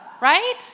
right